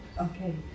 Okay